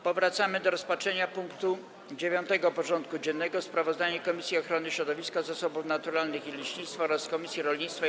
Powracamy do rozpatrzenia punktu 9. porządku dziennego: Sprawozdanie Komisji Ochrony Środowiska, Zasobów Naturalnych i Leśnictwa oraz Komisji Rolnictwa i